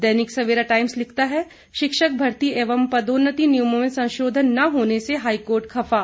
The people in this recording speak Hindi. दैनिक सवेरा टाईम्स लिखता है शिक्षक भर्ती एवं पदोन्नती नियमों में संशोधन न होने से हाईकोर्ट खफा